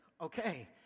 okay